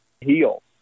heal